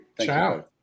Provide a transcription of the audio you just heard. Ciao